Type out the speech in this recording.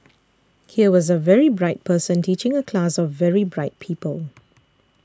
here was a very bright person teaching a class of very bright people